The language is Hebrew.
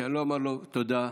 שאני לא אומר לו: תודה,